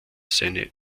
seine